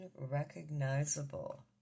Unrecognizable